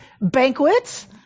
banquets